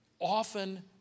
Often